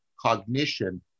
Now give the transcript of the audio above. cognition